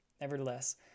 Nevertheless